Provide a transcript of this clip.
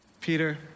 Peter